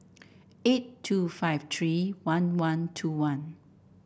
eight two five three one one two one